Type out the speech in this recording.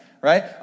right